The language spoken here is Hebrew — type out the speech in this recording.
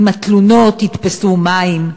אם התלונות יחזיקו מים,